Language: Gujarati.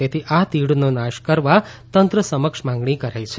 તેથી આ તીડનો નાશ કરવા તંત્ર સમક્ષ માંગણી કરાઇ છે